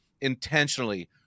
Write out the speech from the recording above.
Intentionally